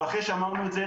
אבל אחרי שאמרנו את זה,